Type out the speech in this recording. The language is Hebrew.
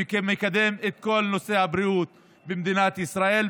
ומקדם את כל נושא הבריאות במדינת ישראל,